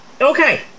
okay